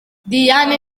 diane